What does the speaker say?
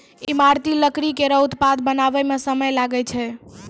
ईमारती लकड़ी केरो उत्पाद बनावै म समय लागै छै